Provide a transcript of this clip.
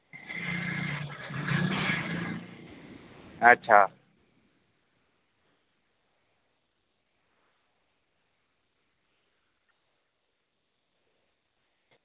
अच्छा